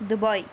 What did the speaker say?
Dubai